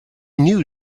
knew